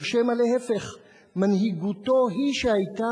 או שמא להיפך: מנהיגותו היא שהיתה